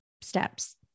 steps